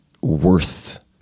worth